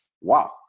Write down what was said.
Wow